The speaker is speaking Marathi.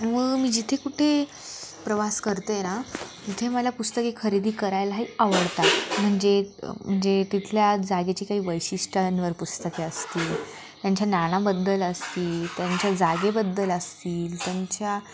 व मी जिथे कुठे प्रवास करते ना तिथे मला पुस्तके खरेदी करायलाही आवडतात म्हणजे म्हणजे तिथल्या जागेची काही वैशिष्ट्यांवर पुस्तके असतील त्यांच्या ज्ञानाबद्दल असतील त्यांच्या जागेबद्दल असतील त्यांच्या